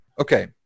Okay